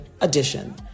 Edition